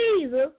Jesus